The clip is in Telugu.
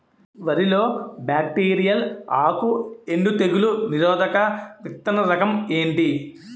వరి లో బ్యాక్టీరియల్ ఆకు ఎండు తెగులు నిరోధక విత్తన రకం ఏంటి?